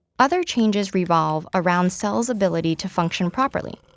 other changes revolve around cells' ability to function properly.